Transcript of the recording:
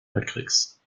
weltkriegs